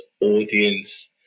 audience